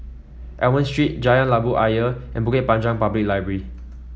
Almond Street Jalan Labu Ayer and Bukit Panjang Public Library